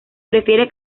prefiere